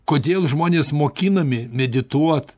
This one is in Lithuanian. kodėl žmonės mokinami medituot